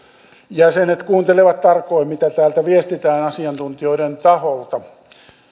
jäsenet kuuntelevat tarkoin mitä täältä viestitään asiantuntijoiden taholta